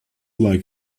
like